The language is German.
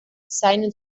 seinen